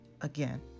again